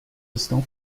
estão